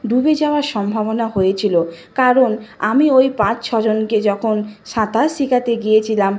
ডুবে যাওয়ার সম্ভাবনা হয়েছিল কারণ আমি ওই পাঁচ ছজনকে যখন সাঁতার শেখাতে গিয়েছিলাম